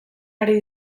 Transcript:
ari